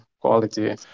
quality